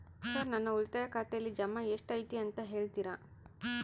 Sir ನನ್ನ ಉಳಿತಾಯ ಖಾತೆಯಲ್ಲಿ ಜಮಾ ಎಷ್ಟು ಐತಿ ಅಂತ ಹೇಳ್ತೇರಾ?